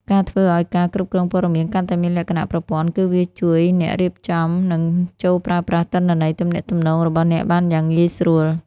ការធ្វើឲ្យការគ្រប់គ្រងព័ត៌មានកាន់តែមានលក្ខណៈប្រព័ន្ធគឺវាជួយអ្នករៀបចំ និងចូលប្រើប្រាស់ទិន្នន័យទំនាក់ទំនងរបស់អ្នកបានយ៉ាងងាយស្រួល។